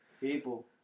People